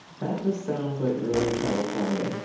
that just sounds like really californian.